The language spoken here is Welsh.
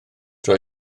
roi